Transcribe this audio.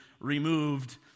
removed